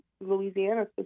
Louisiana